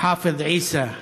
חאפז עיסא מנחף,